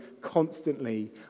constantly